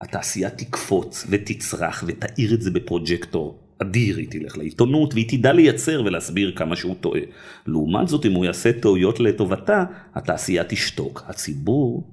התעשייה תקפוץ, ותצרח, ותאיר את זה בפרויקטור. אדיר, היא תלך לעיתונות, והיא תדע לייצר ולהסביר כמה שהוא טועה. לעומת זאת, אם הוא יעשה טעויות לטובתה, התעשייה תשתוק. הציבור...